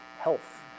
health